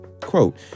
quote